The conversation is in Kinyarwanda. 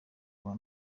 kwa